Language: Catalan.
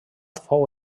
fou